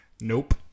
Nope